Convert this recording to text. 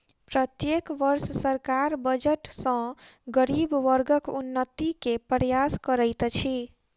प्रत्येक वर्ष सरकार बजट सॅ गरीब वर्गक उन्नति के प्रयास करैत अछि